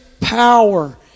power